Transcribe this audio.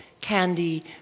candy